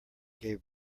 gave